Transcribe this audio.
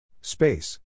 Space